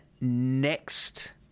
next